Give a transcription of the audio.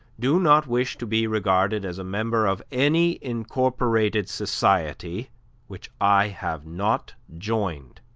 do not wish to be regarded as a member of any incorporated society which i have not joined.